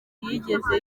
yigeze